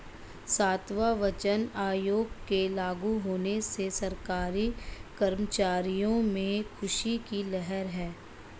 सातवां वेतन आयोग के लागू होने से सरकारी कर्मचारियों में ख़ुशी की लहर है